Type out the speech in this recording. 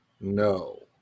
No